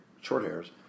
short-hairs